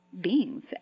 beings